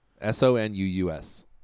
S-O-N-U-U-S